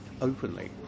openly